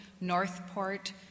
Northport